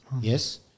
Yes